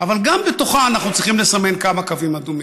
אבל גם בתוכה אנחנו צריכים לסמן כמה קווים אדומים.